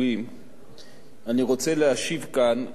אני רוצה להשיב כאן על שני דברים שנאמרו.